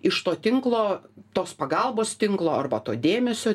iš to tinklo tos pagalbos tinklo arba to dėmesio